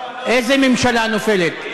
איזה ממשלה נופלת,